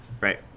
Right